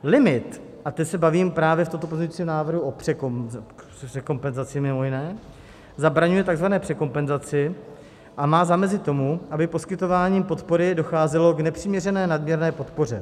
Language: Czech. Limit a teď se bavím právě v této pozici o návrhu o překompenzaci mimo jiné zabraňuje takzvané překompenzaci a má zamezit tomu, aby poskytováním podpory docházelo k nepřiměřené nadměrné podpoře.